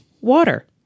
Water